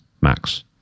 max